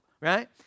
right